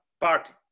Party